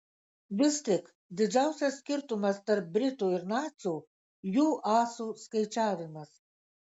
vis tik didžiausias skirtumas tarp britų ir nacių jų asų skaičiavimas